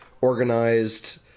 organized